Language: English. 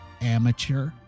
amateur